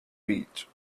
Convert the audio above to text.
beach